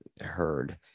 heard